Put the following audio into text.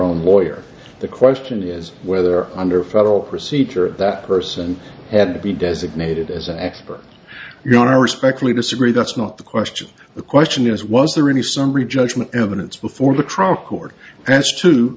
own lawyer the question is whether under federal procedure that person had to be designated as an expert you know i respectfully disagree that's not the question the question is was there in the summary judgment evidence before the trial court as to